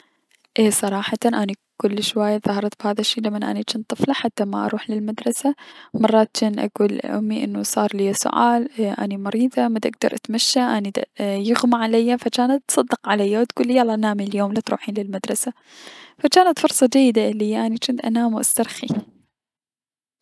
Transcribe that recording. اي صراحتا اني كلش هواية تضاهرت بهذا الشي لمن اني جنت طفلة حتى ما اروح للمدرسة، مرات جنت اكول لأمي انو صار ليا سعال اي- اني مريضة مدا اكدر اتمشى اني د يغمى عليه فأمي جانت تصدكني و تكلي يلا لتروحين اليوم للمدرسة, فجانت فرصة جيدة اليا اني جنت انام و استرخي.